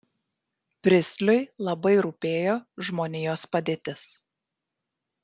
pristliui labai rūpėjo žmonijos padėtis